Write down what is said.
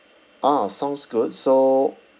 ah sounds good so